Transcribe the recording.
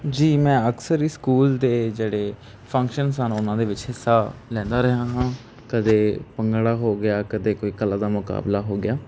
ਜੀ ਮੈਂ ਅਕਸਰ ਹੀ ਸਕੂਲ ਦੇ ਜਿਹੜੇ ਫੰਕਸ਼ਨ ਸਨ ਉਹਨਾ ਦੇ ਵਿੱਚ ਹਿੱਸਾ ਲੈਂਦਾ ਰਿਹਾ ਹਾਂ ਕਦੇ ਭੰਗੜਾ ਹੋ ਗਿਆ ਕਦੇ ਕੋਈ ਕਲਾ ਦਾ ਮੁਕਾਬਲਾ ਹੋ ਗਿਆ